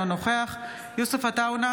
אינו נוכח יוסף עטאונה,